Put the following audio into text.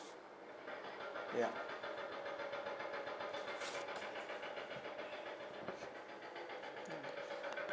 ya